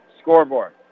scoreboard